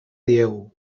diegu